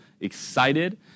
excited